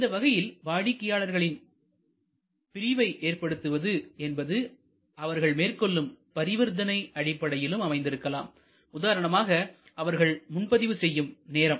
இந்த வகையில் வாடிக்கையாளர்களில் பிரிவை ஏற்படுத்துவது என்பது அவர்கள் மேற்கொள்ளும் பரிவர்த்தனை அடிப்படையிலும் அமைந்திருக்கலாம் உதாரணமாக அவர்கள் முன்பதிவு செய்யும் நேரம்